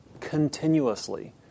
continuously